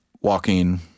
walking